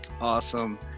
Awesome